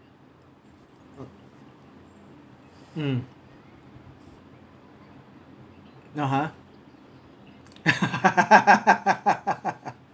mm (uh huh)